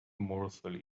morsel